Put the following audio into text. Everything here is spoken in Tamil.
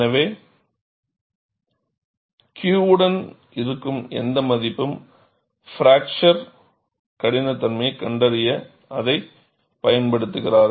எனவே Q உடன் இருக்கும் எந்த மதிப்பும்பிராக்சர் கடினத்தன்மையைக் கண்டறிய அதைப் பயன்படுத்துகிறீர்கள்